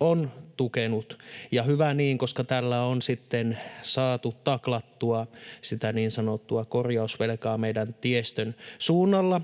on tukenut, ja hyvä niin, koska tällä on sitten saatu taklattua sitä niin sanottua korjausvelkaa meidän tiestön suunnalla.